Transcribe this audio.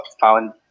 found